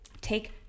Take